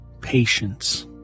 Patience